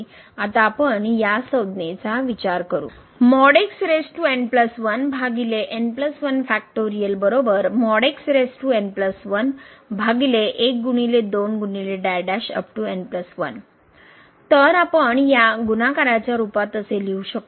आता आपण या संज्ञेचा विचार करू तर आपण गुणाकाराच्या रूपात तसे लिहू शकतो